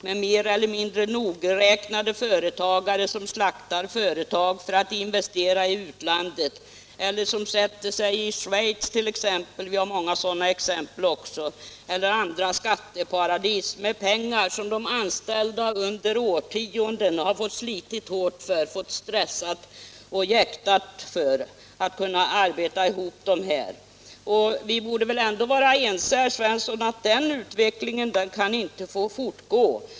Det är mer eller mindre nogräknade företagare som slaktar företag för att investera i utlandet eller som sätter sig i Schweiz — vi har många sådana exempel — eller andra skatteparadis med pengar som de anställda under årtionden har fått slita hårt, stressa och jäkta för att kunna arbeta ihop. Vi borde väl ändå vara ense, herr Svensson i Skara, om att den utvecklingen inte kan få fortgå.